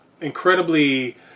incredibly